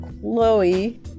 Chloe